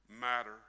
matter